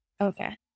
Okay